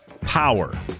power